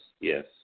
Yes